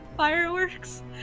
fireworks